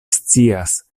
scias